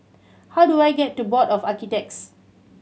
how do I get to Board of Architects